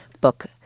book